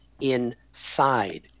inside